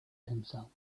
himself